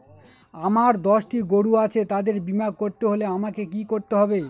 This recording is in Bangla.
আমার দশটি গরু আছে তাদের বীমা করতে হলে আমাকে কি করতে হবে?